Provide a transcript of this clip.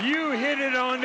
you hit it don